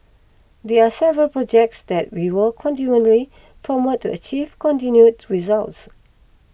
there are several projects that we will continually promote to achieve continued results